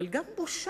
אבל גם בושה.